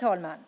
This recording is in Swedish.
Herr talman!